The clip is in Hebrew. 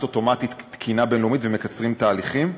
אוטומטי תקינה בין-לאומית ומקצרים תהליכים.